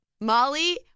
Molly